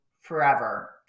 forever